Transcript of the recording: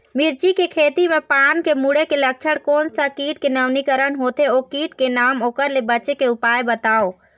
मिर्ची के खेती मा पान के मुड़े के लक्षण कोन सा कीट के नवीनीकरण होथे ओ कीट के नाम ओकर ले बचे के उपाय बताओ?